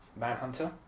Manhunter